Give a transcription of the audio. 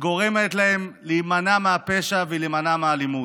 שגורמת להם להימנע מהפשע ולהימנע מאלימות.